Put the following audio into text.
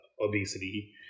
obesity